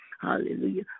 Hallelujah